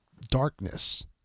darkness